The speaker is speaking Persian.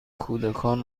کودکان